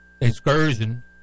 excursion